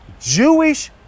Jewish